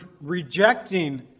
rejecting